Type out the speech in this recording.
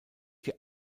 die